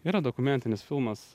yra dokumentinis filmas